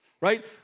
Right